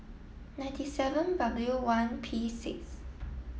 ninety seven W one P six